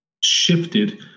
shifted